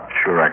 sure